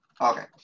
Okay